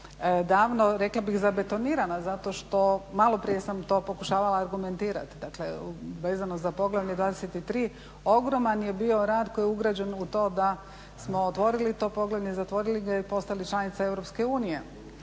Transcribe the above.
davno rekla bih zabetonirana zato što maloprije sam to pokušavala argumentirati, dakle vezano za poglavlje 23. ogroman je bio rad koji je ugrađen u to da smo otvorili to poglavlje, zatvorili ga i postali članica EU.